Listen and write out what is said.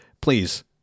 please